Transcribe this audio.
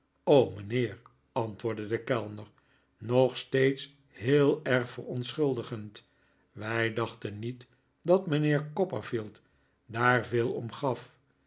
mijnheer antwoordde de kellner nog steeds heel erg verontschuldigend wij dachten niet dat mijnheer copperfield daar veel om